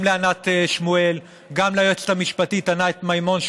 גם לענת שמואל וגם ליועצת המשפטית ענת מימון,